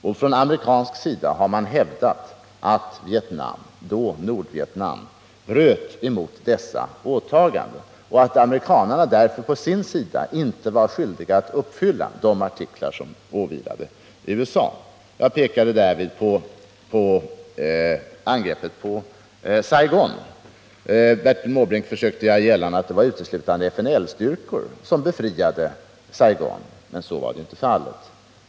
Och från amerikansk sida har man hävdat att Vietnam — då Nordvietnam — bröt emot dessa åtaganden och att amerikanarna därför å sin sida inte var skyldiga att uppfylla de åtaganden som åvilar USA. Jag pekade här på angreppet på Saigon. Bertil Måbrink försökte göra gällande att det var uteslutande FNL-styrkor som befriade Saigon, men så var inte fallet.